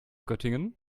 göttingen